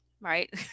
right